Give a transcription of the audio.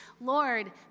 Lord